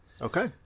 Okay